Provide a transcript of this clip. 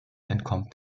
entkommt